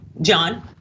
john